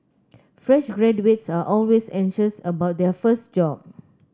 fresh graduates are always anxious about their first job